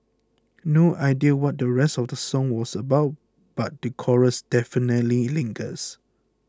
no idea what the rest of the song was about but the chorus definitely lingers